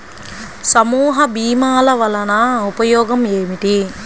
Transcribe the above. సమూహ భీమాల వలన ఉపయోగం ఏమిటీ?